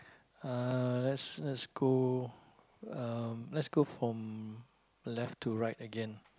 uh let's let's go uh let's go from left to right again